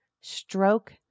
Stroke